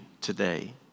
today